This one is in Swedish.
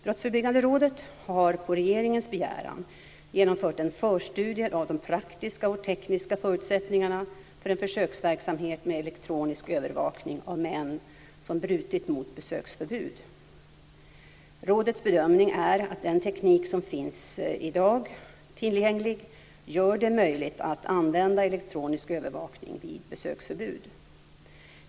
Brottsförebyggande rådet har på regeringens begäran genomfört en förstudie av de praktiska och tekniska förutsättningarna för en försöksverksamhet med elektronisk övervakning av män som brutit mot besöksförbud. Rådets bedömning är att den teknik som finns tillgänglig i dag gör det möjligt att använda elektronisk övervakning vid besöksförbud.